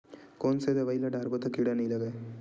कोन से दवाई ल डारबो त कीड़ा नहीं लगय?